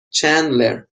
چندلر